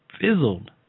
fizzled